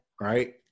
Right